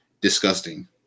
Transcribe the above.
disgusting